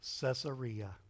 Caesarea